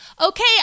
okay